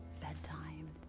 Bedtime